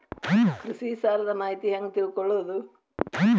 ಕೃಷಿ ಸಾಲದ ಮಾಹಿತಿ ಹೆಂಗ್ ತಿಳ್ಕೊಳ್ಳೋದು?